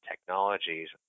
technologies